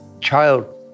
child